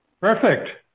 perfect